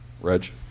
Reg